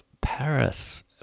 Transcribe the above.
Paris